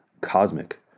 cosmic